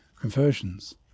conversions